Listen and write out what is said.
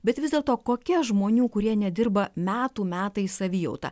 bet vis dėlto kokia žmonių kurie nedirba metų metais savijauta